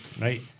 right